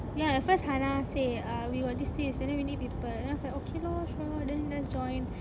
ya at first hannah say err we got this this and then we need people then I was like okay lor sure lor then just join